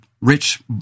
rich